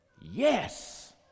Yes